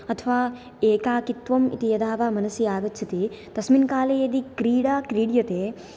अथवा एकाकित्वम् इति यदा वा मनसि आगच्छति तस्मिन् काले यदि क्रीडा क्रीड्यते